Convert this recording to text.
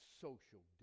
Social